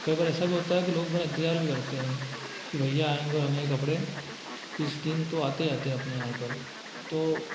कई बार ऐसा भी होता है कि लोग मेरा इंतजार भी करते हैं कि भैया आएँगे और हमें ये कपड़े इस दिन तो आते ही आते हैं अपने यहाँ पर तो